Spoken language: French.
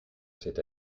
cette